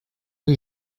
rue